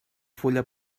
fulla